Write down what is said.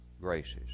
graces